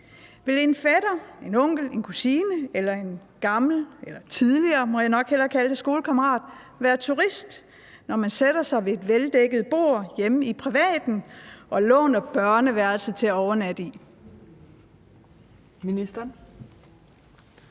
Vil en fætter, en onkel, en kusine eller en tidligere skolekammerat være turist, når vedkommende sætter sig ved et veldækket bord hjemme i privaten og låner børneværelset til at overnatte i?